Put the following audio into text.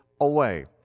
away